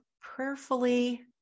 prayerfully